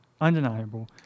undeniable